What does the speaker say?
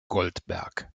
goldberg